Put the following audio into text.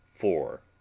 four